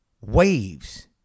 waves